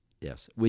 yes